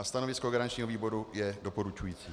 Stanovisko garančního výboru je doporučující.